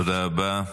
תודה רבה.